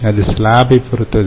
அது ஸ்லாப்பை பொருத்தது